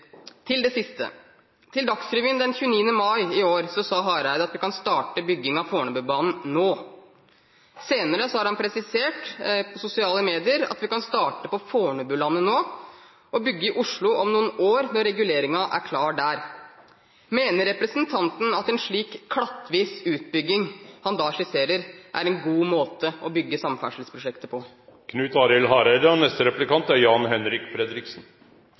Til det siste: I Dagsrevyen den 29. mai i år sa Hareide at vi kan starte bygging av Fornebubanen nå. Senere har han presisert i sosiale medier at vi kan starte på Fornebulandet nå og bygge i Oslo om noen år når reguleringen er klar der. Mener representanten at en slik klattvis utbygging han da skisserer, er en god måte å bygge samferdselsprosjekter på? Det opposisjonen er veldig einig om i dag, er at me treng større satsingar på infrastruktur i Noreg dei neste